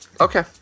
Okay